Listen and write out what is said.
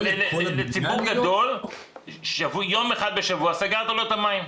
לציבור גדול יום אחד בשבוע סגרת לו את המים.